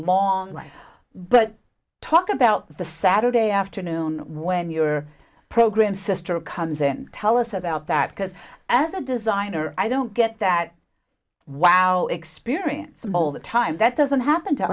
life but talk about the saturday afternoon when your program sister comes in tell us about that because as a designer i don't get that wow experience all the time that doesn't happen to